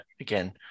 again